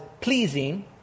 pleasing